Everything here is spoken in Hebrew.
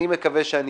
אני מקווה שאני